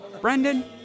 Brendan